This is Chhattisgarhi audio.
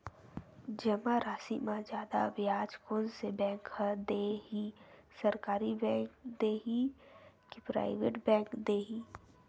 जमा राशि म जादा ब्याज कोन से बैंक ह दे ही, सरकारी बैंक दे हि कि प्राइवेट बैंक देहि?